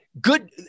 Good